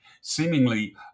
seemingly